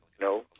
No